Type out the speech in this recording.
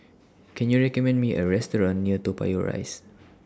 Can YOU recommend Me A Restaurant near Toa Payoh Rise